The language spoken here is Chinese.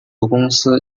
公司